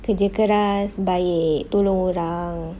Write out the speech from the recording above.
kerja keras baik tolong orang